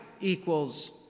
equals